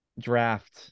draft